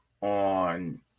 on